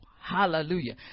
Hallelujah